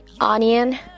onion